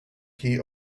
key